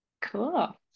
Cool